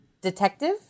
Detective